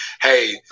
Hey